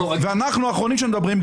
אנחנו האחרונים שמדברים.